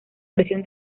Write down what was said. presión